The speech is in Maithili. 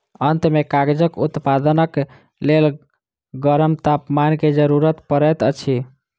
अंत में कागजक उत्पादनक लेल गरम तापमान के जरूरत पड़ैत अछि